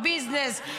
ביזנס,